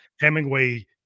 Hemingway